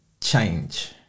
change